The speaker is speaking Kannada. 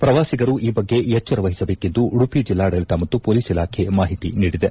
ಪ್ರವಾಸಿಗರು ಈ ಬಗ್ಗೆ ಎಚ್ಚರ ವಹಿಸಬೇಕೆಂದು ಉಡುಪಿ ಜಿಲ್ಲಾಡಳಿತ ಮತ್ತು ಮೊಲೀಸ್ ಇಲಾಖೆ ಮಾಹಿತಿ ನೀಡಿದೆ